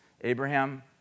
Abraham